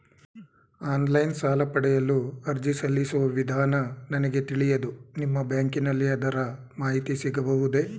Online ಸಾಲ ಪಡೆಯಲು ಅರ್ಜಿ ಸಲ್ಲಿಸುವ ವಿಧಾನ ನನಗೆ ತಿಳಿಯದು ನಿಮ್ಮ ಬ್ಯಾಂಕಿನಲ್ಲಿ ಅದರ ಮಾಹಿತಿ ಸಿಗಬಹುದೇ?